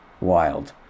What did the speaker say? Wild